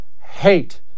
hate